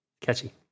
Catchy